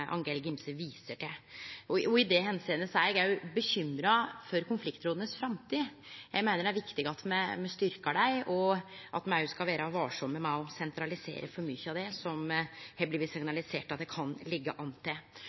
Angell Gimse viser til. I den samanhengen er eg bekymra for framtida til konfliktråda. Eg meiner det er viktig at me styrkjer dei, og at me skal vere varsame med å sentralisere for mykje av det som det har blitt signalisert at det kan liggje an til.